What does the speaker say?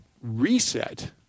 reset